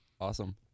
Awesome